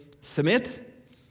submit